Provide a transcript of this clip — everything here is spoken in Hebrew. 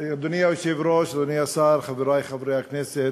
אדוני היושב-ראש, אדוני השר, חברי חברי הכנסת,